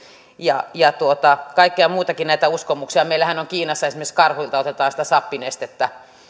ja ja kaikkia muitakin näitä uskomuksia kiinassa esimerkiksi karhuilta otetaan sappinestettä